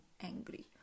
angry